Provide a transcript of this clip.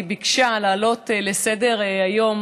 היא ביקשה להעלות לסדר-היום